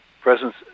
presence